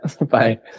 Bye